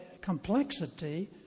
complexity